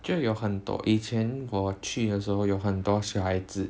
就有很多以前我去的时候有很多小孩子